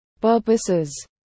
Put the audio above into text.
purposes